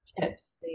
tips